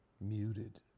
muted